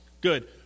Good